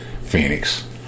Phoenix